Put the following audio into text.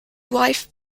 wife